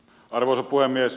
arvoisa puhemies